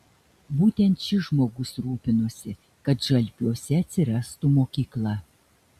būtent šis žmogus rūpinosi kad žalpiuose atsirastų mokykla